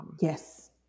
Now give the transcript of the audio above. yes